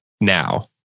now